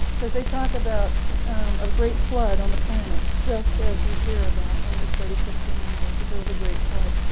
because they talk about a great flood on the planet, just as you hear about when you study christianity that there was a great flood.